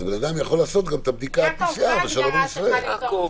אדם יכול לעשות בדיקת PCR ושלום על ישראל.